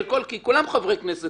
כי כולם חברי כנסת